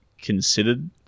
considered